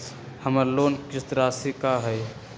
हमर लोन किस्त राशि का हई?